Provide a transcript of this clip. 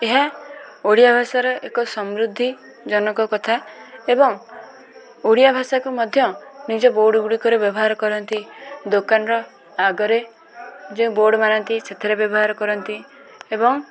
ଏହା ଓଡ଼ିଆ ଭାଷାର ଏକ ସମୃଦ୍ଧିଜନକ କଥା ଏବଂ ଓଡ଼ିଆ ଭାଷାକୁ ମଧ୍ୟ ନିଜ ବୋର୍ଡ଼ ଗୁଡ଼ିକରେ ବ୍ୟବହାର କରନ୍ତି ଦୋକାନର ଆଗରେ ଯେଉଁ ବୋର୍ଡ଼ ମାରନ୍ତି ସେଥିରେ ବ୍ୟବହାର କରନ୍ତି ଏବଂ